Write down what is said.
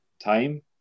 time